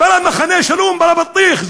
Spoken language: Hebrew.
בלָא מחנה שלום, בלָא בטיח.